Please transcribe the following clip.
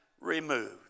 removed